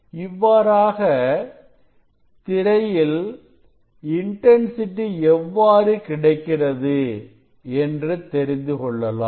இவ்வாறாக திரையில் இன்டன்சிட்டி எவ்வாறு கிடைக்கிறது என்று தெரிந்து கொள்ளலாம்